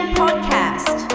podcast